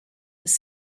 was